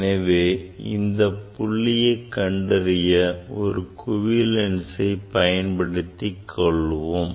எனவே இந்தப் புள்ளியை கண்டறிய ஒரு குவி லென்சை பயன்படுத்திக் கொள்வோம்